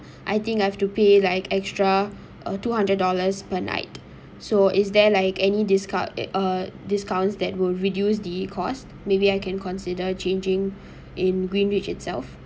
I think I have to pay like extra uh two hundred dollars per night so is there like any discard uh discounts that will reduce the cost maybe I can consider changing in greenridge itself